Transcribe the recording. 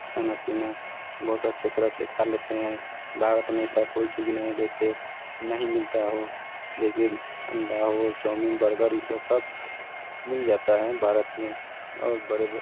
खाना पीना बहुत अच्छी तरह से खा लेते हैं भारत में ऐसी कोई चीज़ नहीं है जैसे नहीं मिलता हो जैसे अंडा हो चाऊमीन बर्गर ऐसा सब मिल जाता है भारत में और